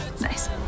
Nice